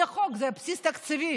זה חוק, זה בבסיס התקציב.